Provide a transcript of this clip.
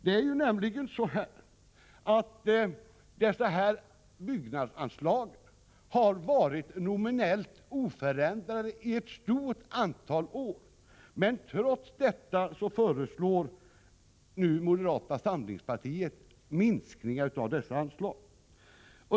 Det är nämligen så, att dessa byggnadsanslag har varit nominellt oförändrade under ett stort antal år, men trots detta föreslår nu moderata samlingspartiet minskningar av anslagen.